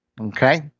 okay